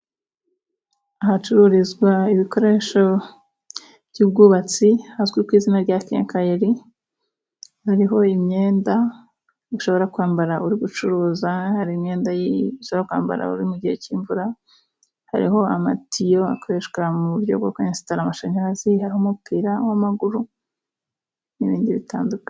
Ahacururizwa ibikoresho by'ubwubatsi hazwi ku izina rya kenkayori, hariho imyenda ushobora kwambara uri gucuruza, hari imyenda ushobora kwambara uri mu gihe cy'imvura, hariho amatiyo akoreshwa mu buryo bwo kwesitara amashanyarazi, hariho umupira w'amaguru n'ibindi bitandukanye.